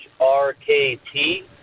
RKT